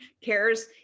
cares